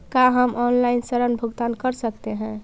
का हम आनलाइन ऋण भुगतान कर सकते हैं?